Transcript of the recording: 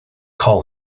call